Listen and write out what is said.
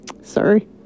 Sorry